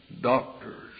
doctors